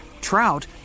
trout